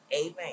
Amen